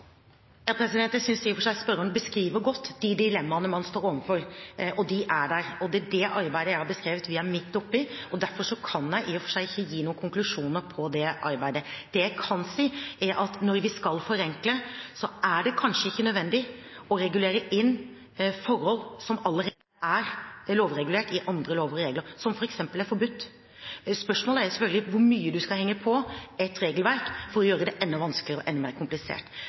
Jeg synes i og for seg spørreren beskriver godt de dilemmaene man står overfor. De er der, og det er det arbeidet jeg har beskrevet at vi er midt oppi, og derfor kan jeg i og for seg ikke gi noen konklusjoner på det arbeidet. Det jeg kan si, er at når vi skal forenkle, er det kanskje ikke nødvendig å regulere inn forhold som allerede er regulert i andre lover og regler, og som f.eks. er forbudt. Spørsmålet er selvfølgelig hvor mye man skal henge på et regelverk for å gjøre det enda vanskeligere og enda mer komplisert.